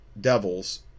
devils